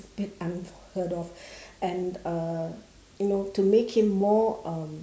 a bit unheard of and uh you know to make him more um